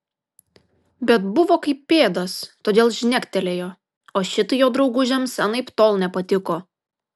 bet buvo kaip pėdas todėl žnektelėjo o šitai jo draugužiams anaiptol nepatiko